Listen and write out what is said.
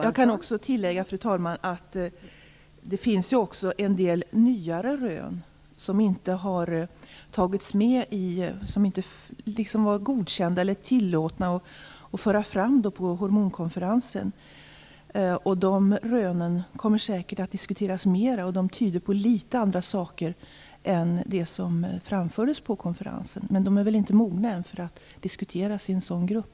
Jag kan också tillägga, fru talman, att det finns en del nyare rön som inte har varit godkända eller som det inte har varit tillåtet att föra fram på hormonkonferensen. De rönen kommer säkert att diskuteras mera. De tyder på litet andra saker än det som framfördes på konferensen, men tiden är väl inte mogen för att man skall diskutera dem i en sådan grupp.